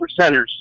percenters